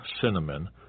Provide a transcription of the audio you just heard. cinnamon